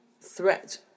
threat